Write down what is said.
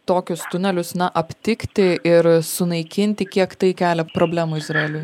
tokius tunelius na aptikti ir sunaikinti kiek tai kelia problemų izraeliui